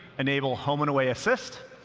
enable home and away assist,